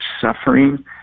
suffering